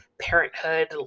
parenthood